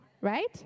right